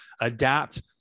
adapt